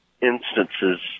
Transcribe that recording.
instances